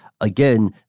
Again